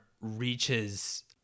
reaches